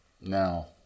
Now